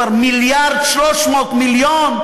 כבר 1.3 מיליארד,